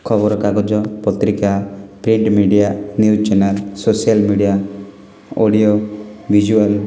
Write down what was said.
ଖବରକାଗଜ ପତ୍ରିକା print media news channel social media audio visual